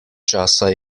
časa